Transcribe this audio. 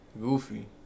Goofy